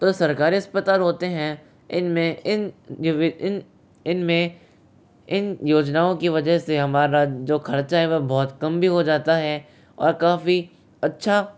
जो सरकारी अस्पताल होते हैं इनमें इन जो इन इनमें इन योजनाओं की वजह से हमारा जो खर्चा है वह बहुत कम भी हो जाता है और काफ़ी अच्छा